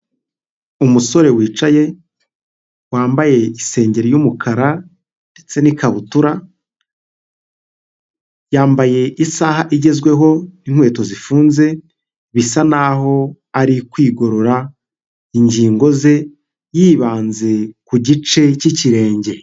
Umusore wicaye wambaye isengeri y'umukara ndetse n'ikabutura, yambaye isaha igezweho, n'inkweto zifunze bisa n'aho ari kwigorora ingingo ze yibanze ku gice cy'ikirenge.